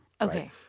Okay